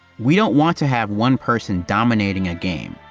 we don't want to have one person dominating a game,